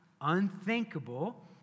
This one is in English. Unthinkable